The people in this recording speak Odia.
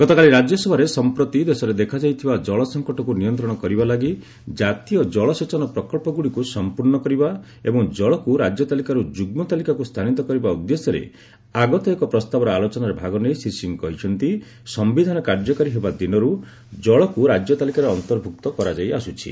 ଗତକାଲି ରାଜ୍ୟସଭାରେ ସଂପ୍ରତି ଦେଶରେ ଦେଖାଯାଇଥିବା ଜଳ ସଂକଟକୁ ନିୟନ୍ତ୍ରଣ କରିବା ଲାଗି ଜାତୀୟ ଜଳ ସେଚନ ପ୍ରକଳ୍ପଗୁଡ଼ିକୁ ସଂପୂର୍ଣ୍ଣ କରିବା ଏବଂ ଜଳକୁ ରାଜ୍ୟ ତାଲିକାରୁ ଯୁଗ୍ମ ତାଲିକାକୁ ସ୍ଥାନିତ କରିବା ଉଦ୍ଦେଶ୍ୟରେ ଆଗତ ଏକ ପ୍ରସ୍ତାବର ଆଲୋଚନାରେ ଭାଗ ନେଇ ଶ୍ରୀ ସିଂ କହିଛନ୍ତି ସମ୍ଭିଧାନ କାର୍ଯ୍ୟକାରୀ ହେବା ଦିନରୁ ଜଳକୁ ରାଜ୍ୟ ତାଲିକାରେ ଅନ୍ତର୍ଭୁକ୍ତ କରାଯାଇଆସୁଛି